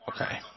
Okay